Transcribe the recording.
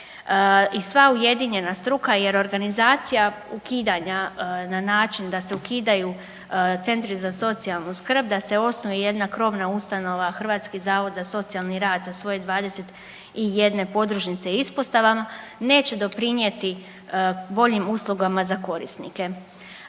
i sva ujedinjena struka jer organizacija ukidanja na način da se ukidaju Centri za socijalnu skrb, da se osnuje jedna krovna ustanova Hrvatski zavod za socijalni rad sa svoje 21 podružnice i ispostavama neće doprinijeti boljim uslugama za korisnike.